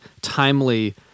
timely